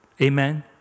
Amen